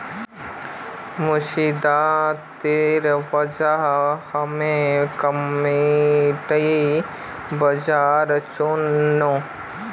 मुद्रास्फीतिर वजह हामी कमोडिटी बाजारल चुन नु